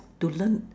to learn